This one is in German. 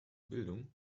bildung